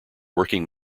working